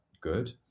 good